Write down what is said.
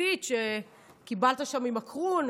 הצרפתית שקיבלת שם ממקרון.